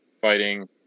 fighting